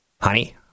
honey